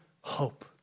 hope